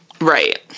right